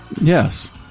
Yes